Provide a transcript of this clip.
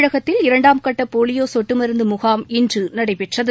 தமிழகத்தில் இரண்டாம் கட்ட போலியோ சொட்டு மருந்து முகாம் இன்று நடைபெற்றது